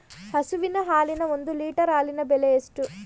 ಹಸುವಿನ ಹಾಲಿನ ಒಂದು ಲೀಟರ್ ಹಾಲಿನ ಬೆಲೆ ಎಷ್ಟು?